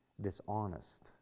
dishonest